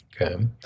Okay